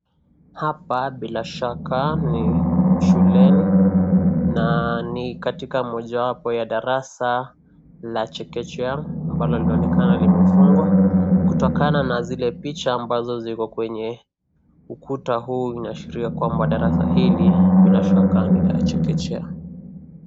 Hapa bila shaka ni shuleni, na ni katika mojawapo ya darasa la chekechea ambalo linaonekana limefungwa. Kutokana na zile picha ambazo ziko kwenye ukuta huu inaashiria kwamba darasa hili bila shaka ni la chekechea.